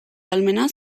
ahalmena